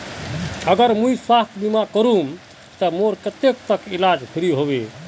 अगर मुई स्वास्थ्य बीमा करूम ते मोर कतेक तक इलाज फ्री होबे?